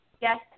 Yes